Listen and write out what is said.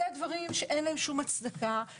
אלה דברים שאין להם שום הצדקה.